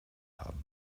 haben